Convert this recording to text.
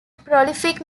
prolific